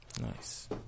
Nice